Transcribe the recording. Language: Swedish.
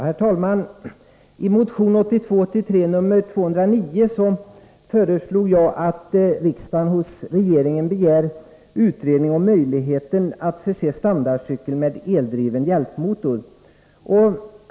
Herr talman! I motion 1982/83:209 föreslog jag att riksdagen hos regeringen skall begära utredning om möjligheten att förse standardcykel med eldriven hjälpmotor.